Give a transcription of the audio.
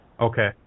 Okay